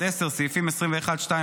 (10) סעיפים 21(2),